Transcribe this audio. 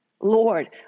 Lord